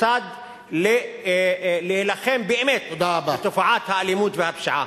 כיצד להילחם באמת בתופעת האלימות והפשיעה.